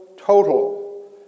total